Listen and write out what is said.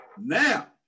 now